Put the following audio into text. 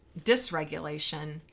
dysregulation